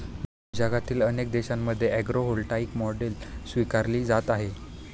जगातील अनेक देशांमध्ये ॲग्रीव्होल्टाईक मॉडेल स्वीकारली जात आहे